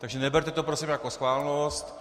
Takže neberte to prosím jako schválnost.